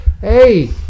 Hey